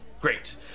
Great